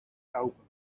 album